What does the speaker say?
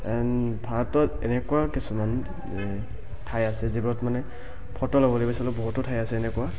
and ভাৰতত এনেকুৱা কিছুমান ঠাই আছে যিবোৰত মানে ফটো ল'বলৈ বিচাৰিলোঁ বহুতো ঠাই আছে এনেকুৱা